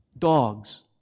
Dogs